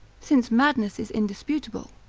since madness is indisputable,